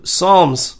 Psalms